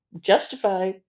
justified